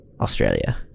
australia